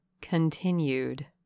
continued